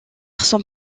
son